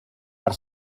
per